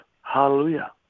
Hallelujah